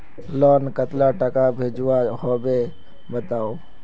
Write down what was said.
Loan कतला टाका भेजुआ होबे बताउ?